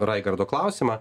raigardo klausimą